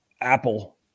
Apple